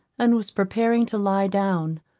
and was preparing to lie down,